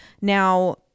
Now